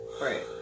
Right